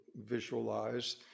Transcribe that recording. visualize